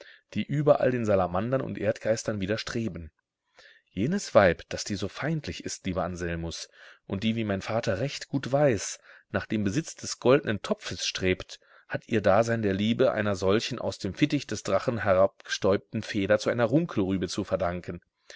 die überall den salamandern und erdgeistern widerstreben jenes weib das dir so feindlich ist lieber anselmus und die wie mein vater recht gut weiß nach dem besitz des goldnen topfes strebt hat ihr dasein der liebe einer solchen aus dem fittich des drachen herabgestäubten feder zu einer runkelrübe zu verdanken